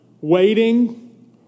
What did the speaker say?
waiting